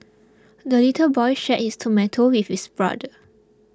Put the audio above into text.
the little boy shared his tomato with his brother